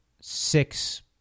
six